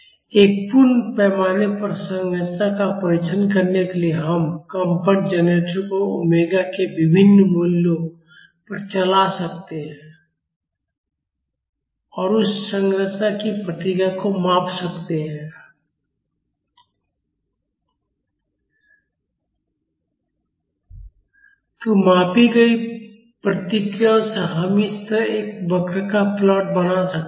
एक पूर्ण पैमाने पर संरचना का परीक्षण करने के लिए हम कंपन जनरेटर को ओमेगा के विभिन्न मूल्यों पर चला सकते हैं और उस संरचना की प्रतिक्रिया को माप सकते हैं तो मापी गई प्रतिक्रियाओं से हम इस तरह एक वक्र का प्लाट बना सकते हैं